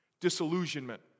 disillusionment